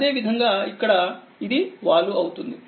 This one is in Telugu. అదేవిధంగా ఇక్కడ ఇది వాలు అవుతుంది